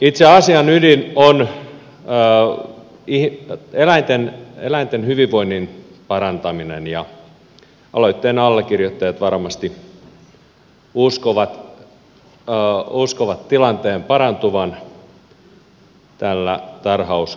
itse asian ydin on eläinten hyvinvoinnin parantaminen ja aloitteen allekirjoittajat varmasti uskovat tilanteen parantuvan tällä tarhauksen kiellolla